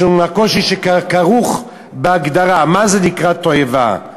משום הקושי שכרוך בהגדרה מה נקרא תועבה.